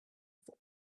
for